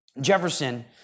Jefferson